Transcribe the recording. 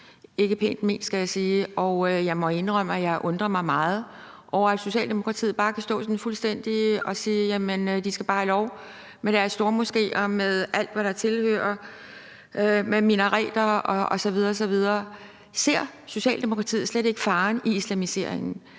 ikke pænt ment, skal jeg sige. Jeg må indrømme, at jeg undrer mig meget over, at Socialdemokratiet bare sådan fuldstændig kan stå og sige, at de bare skal have lov med deres stormoskéer og alt, hvad der hører til af minareter osv. osv. Ser Socialdemokratiet slet ikke faren i islamiseringen?